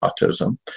autism